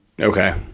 Okay